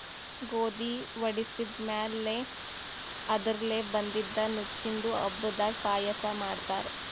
ಗೋಧಿ ವಡಿಸಿದ್ ಮ್ಯಾಲ್ ಅದರ್ಲೆ ಬಂದಿದ್ದ ನುಚ್ಚಿಂದು ಹಬ್ಬದಾಗ್ ಪಾಯಸ ಮಾಡ್ತಾರ್